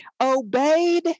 obeyed